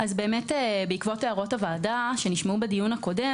בעקבות הערות הוועדה שנשמעו בדיון הקודם,